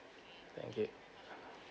thank you